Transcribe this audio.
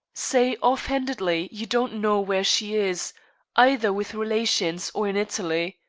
say, off-handedly, you don't know where she is either with relations or in italy.